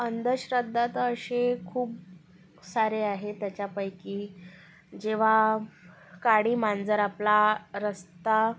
अंधश्रद्धा तर असे खूप सारे आहे त्याच्यापैकी जेव्हा काळी मांजर आपला रस्ता